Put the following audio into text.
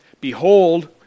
behold